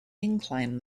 incline